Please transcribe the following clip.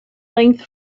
length